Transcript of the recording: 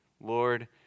Lord